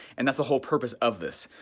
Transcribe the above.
and that's the whole purpose of this.